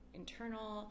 internal